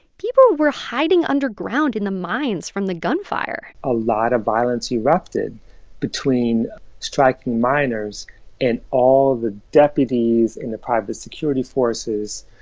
people were hiding underground in the mines from the gunfire a lot of violence erupted between striking miners and all of the deputies in the private security forces,